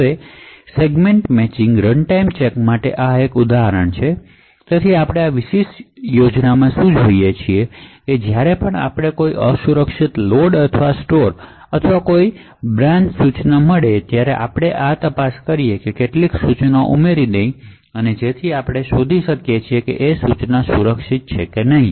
હવે segment matching runtime check માટે આ એક ઉદાહરણ છે આપણે આ યોજનામાં શું કરીએ છીએ તે છે કે જ્યારે પણ કોઈ અસુરક્ષિત લોડ અથવા સ્ટોર અથવા કોઈ બ્રાન્ચ ઇન્સટ્રકશન મળે છે ત્યારે આપણે આ તપાસ કરવા માટે કેટલીક ઇન્સટ્રકશનશ ઉમેરીએ છીએ ત્યારે આપણે શોધી કાઢીએ છીએ કે ઇન્સટ્રકશન અસુરક્ષિત છે કે નહીં